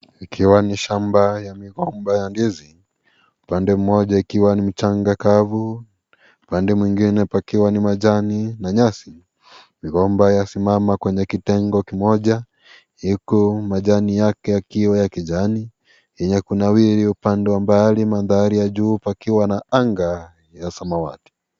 Ikiwa ni shamba ya migomba ya ndizi . Upande moja ikiwa ni mchanga kavu, upande mwingine pakiwa na majani na nyasi. Migomba yasimama kwenye kitengo kimoja huku majani yake yakiwa ya kijani yenye kunawiri upande wa mbali maandhari ya juu pakiwa na anga ya samawati.